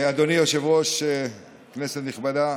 אדוני היושב-ראש, כנסת נכבדה,